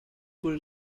wurde